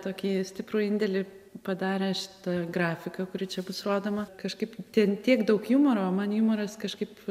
tokį stiprų indėlį padarė šita grafika kuri čia bus rodoma kažkaip ten tiek daug jumoro man jumoras kažkaip